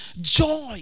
Joy